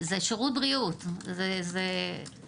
זה שירות בריאות, זה טיפול.